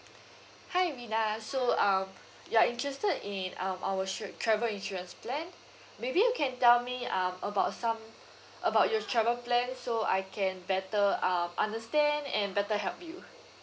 hi rina so um you are interested in um our shu~ travel insurance plan maybe you can tell me um about some about your travel plan so I can better um understand and better help you